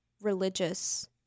religious